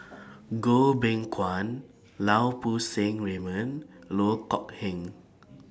Goh Beng Kwan Lau Poo Seng Raymond Loh Kok Heng